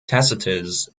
tacitus